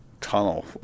tunnel